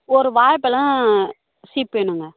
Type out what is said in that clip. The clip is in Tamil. ஒரு வாழைப்பழம் சீப்பு வேணுங்க